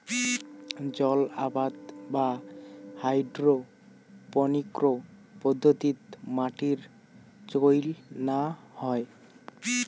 জলআবাদ বা হাইড্রোপোনিক্স পদ্ধতিত মাটির চইল না হয়